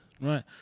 Right